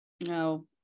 No